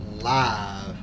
live